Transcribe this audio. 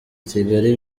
kigali